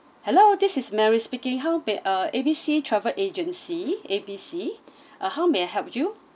hello this is mary speaking how may uh A B C travel agency A B C uh how may I help you